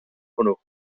hwnnw